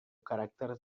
caràcter